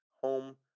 home